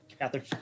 Catherine